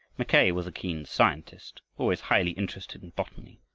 mackay was a keen scientist, always highly interested in botany,